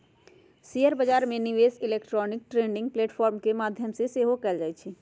share बजार में निवेश इलेक्ट्रॉनिक ट्रेडिंग प्लेटफॉर्म के माध्यम से सेहो कएल जाइ छइ